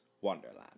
Wonderland